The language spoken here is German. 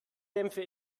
dämpfe